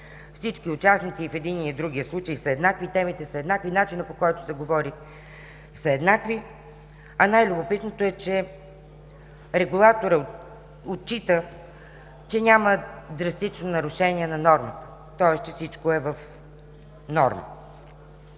всички участници в единия другия случай са еднакви, темите са еднакви, начинът, по който се говори, е еднакъв, а най-любопитното е, че Регулаторът отчита, че няма драстично нарушение на нормите. Тоест, че всичко е в норма,